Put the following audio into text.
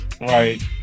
Right